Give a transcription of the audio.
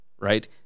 Right